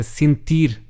sentir